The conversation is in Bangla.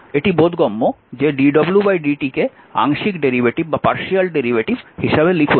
এটা বোধগম্য যে dwdt কে আংশিক ডেরিভেটিভ হিসাবে লিখুন